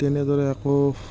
তেনেদৰে আকৌ